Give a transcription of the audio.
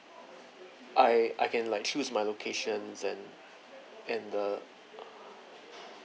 I I can like choose my locations and and the